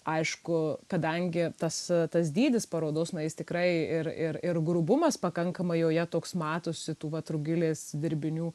aišku kadangi tas tas dydis parodos na jis tikrai ir ir ir grubumas pakankamai joje toks matosi tų vat rugilės dirbinių